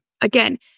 Again